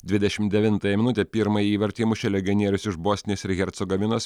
dvidešimt devintąją minutę pirmąjį įvartį įmušė legionierius iš bosnijos ir hercegovinos